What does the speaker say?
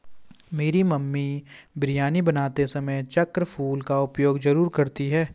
मेरी मम्मी बिरयानी बनाते समय चक्र फूल का उपयोग जरूर करती हैं